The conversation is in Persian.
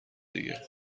دیگه